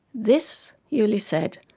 this, yuli said,